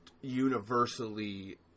universally